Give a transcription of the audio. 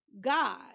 God